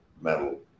metal